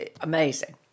amazing